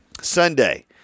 Sunday